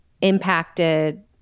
impacted